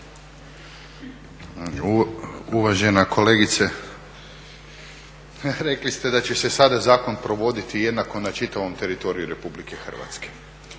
Uvažena kolegice, rekli ste da će se sada zakon provoditi jednako na čitavom teritoriju RH. I dosada se